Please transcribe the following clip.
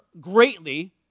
greatly